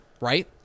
right